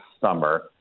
summer